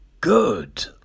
good